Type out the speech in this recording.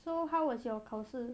so how was your 考试